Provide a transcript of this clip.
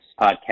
podcast